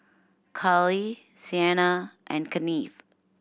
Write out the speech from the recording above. Carly Sienna and Kennith